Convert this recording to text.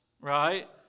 right